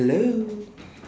hello